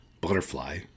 Butterfly